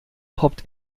poppt